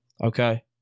Okay